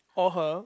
or her